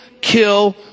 kill